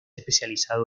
especializado